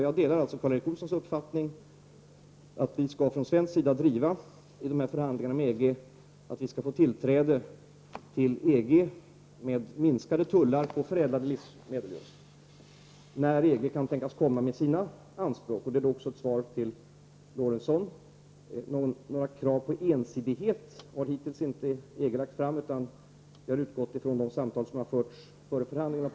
Jag delar Karl Erik Olssons uppfattning att vi från svensk sida i förhandlingarna med EG skall driva linjen att Sverige skall få tillträde till EG med lägre tullar på förädlade livsmedel. Det ställdes en fråga om när EG kan tänkas komma med sina anspråk. Några krav på ensidighet har hittills inte ställts från EG — och detta är ett svar även till Sven Eric Lorentzon. Man har utgått från de samtal som har förts före förhandlingarna.